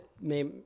mais